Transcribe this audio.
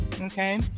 okay